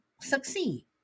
succeed